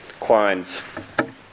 Quine's